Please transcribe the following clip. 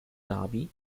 dhabi